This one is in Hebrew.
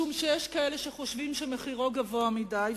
משום שיש כאלה שחושבים שמחירו גבוה מדי,